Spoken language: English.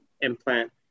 implant